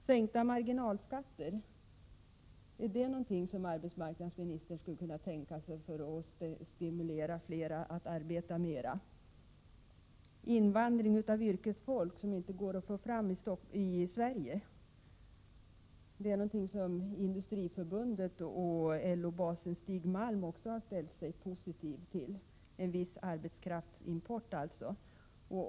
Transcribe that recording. Sänkta marginalskatter — är det något som arbetsmarknadsministern skulle kunna tänka sig för att stimulera fler att arbeta mera? Invandring av yrkesfolk som inte går att få fram i Sverige är något som Industriförbundet och LO-basen Stig Malm har ställt sig positiva till. Det gäller alltså en viss arbetskraftsimport.